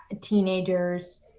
teenagers